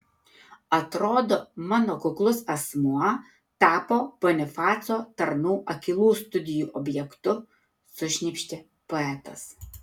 atrodo mano kuklus asmuo tapo bonifaco tarnų akylų studijų objektu sušnypštė poetas